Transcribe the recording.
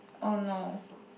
!oh no!